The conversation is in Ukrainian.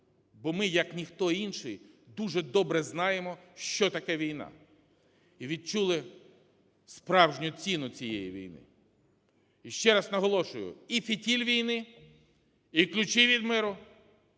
бо ми як ніхто інший дуже добре знаємо, що таке війна і відчули справжню ціну цієї війни. І ще раз наголошую, і фітіль війни, і ключі від миру